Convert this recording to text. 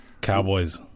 Cowboys